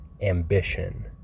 ambition